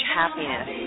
happiness